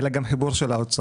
אלא גם חיבור של ההוצאות.